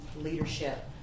leadership